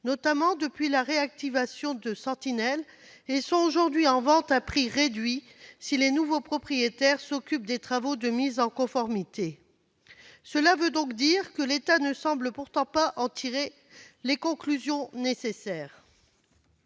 notamment depuis la réactivation de l'opération Sentinelle, et sont aujourd'hui en vente à prix réduit si les nouveaux propriétaires s'occupent des travaux de mise en conformité. L'État ne semble pourtant pas en tirer les conclusions nécessaires.